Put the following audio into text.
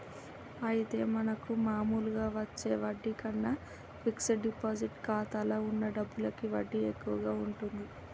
అయితే మనకు మామూలుగా వచ్చే వడ్డీ కన్నా ఫిక్స్ డిపాజిట్ ఖాతాలో ఉన్న డబ్బులకి వడ్డీ ఎక్కువగా ఉంటుంది